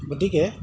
গতিকে